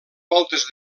voltes